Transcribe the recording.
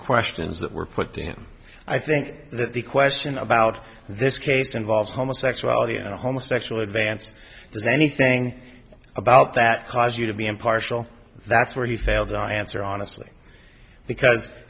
questions that were put to him i think that the question about this case involves homosexuality and homo sexual advance if there's anything about that cause you to be impartial that's where he failed to answer honestly because